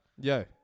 Yo